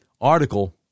article